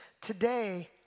today